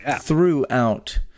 throughout